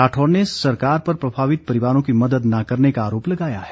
राठौर ने सरकार पर प्रभावित परिवारों की मदद न करने का आरोप लगाया है